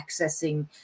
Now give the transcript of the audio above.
accessing